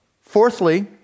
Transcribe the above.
Fourthly